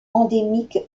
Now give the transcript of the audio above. endémique